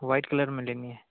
white colour में लेनी है